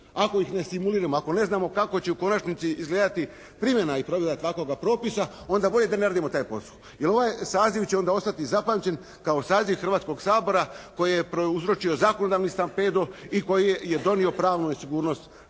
Ako ih ne simuliramo, ako ne znamo kako će u konačnici izgledati primjena i provedba takvoga propisa onda bolje da ne radimo taj posao. Jer ovaj saziv će onda ostati zapamćen kao saziv Hrvatskoga sabora koji je prouzročio zakonodavni stampedo i koji je donio pravnu nesigurnost